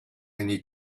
need